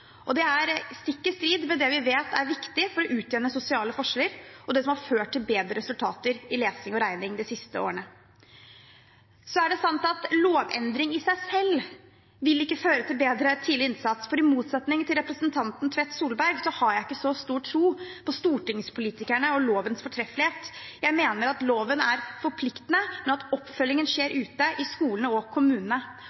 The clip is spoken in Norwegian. regnegaranti. Det er stikk i strid med det vi vet er viktig for å utjevne sosiale forskjeller, og det som har ført til bedre resultater i lesing og regning de siste årene. Det er sant at lovendring i seg selv ikke vil føre til bedre tidlig innsats, for i motsetning til representanten Tvedt Solberg har jeg ikke så stor tro på stortingspolitikerne og lovens fortreffelighet. Jeg mener at loven er forpliktende, men at oppfølgingen skjer